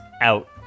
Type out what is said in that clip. out